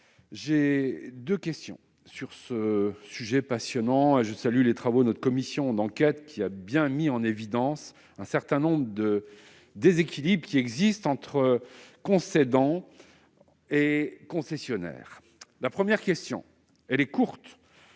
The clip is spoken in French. J'ai deux questions sur ce sujet passionnant. Je salue la qualité des travaux de notre commission d'enquête, qui a bien mis en évidence un certain nombre de déséquilibres existant entre concédant et concessionnaires. Ma première question est courte